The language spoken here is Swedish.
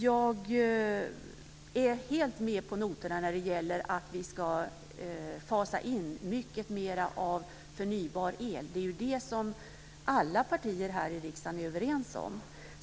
Jag är helt med på noterna när det gäller att fasa in mer av förnybar el. Det är det som alla partier i riksdagen är överens om.